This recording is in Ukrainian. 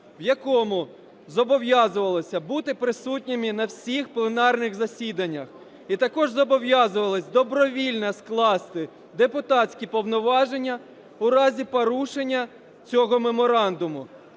в якому зобов'язувалися бути присутніми на всіх пленарних засіданнях. І також зобов'язувались добровільно скласти депутатські повноваження в разі порушення цього меморандуму.